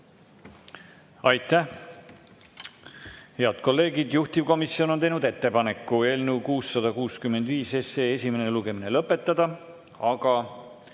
Aitäh! Head kolleegid! Juhtivkomisjon on teinud ettepaneku eelnõu 665 esimene lugemine lõpetada, aga